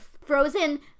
frozen